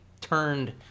turned